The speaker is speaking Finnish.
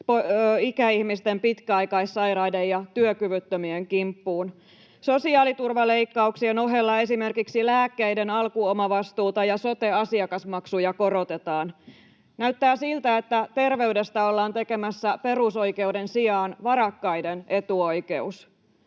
ikäihmisten, pitkäaikaissairaiden ja työkyvyttömien kimppuun. Sosiaaliturvaleikkauksien ohella esimerkiksi lääkkeiden alkuomavastuuta ja sote-asiakasmaksuja korotetaan. Näyttää siltä, että terveydestä ollaan tekemässä perusoikeuden sijaan varakkaiden etuoikeus.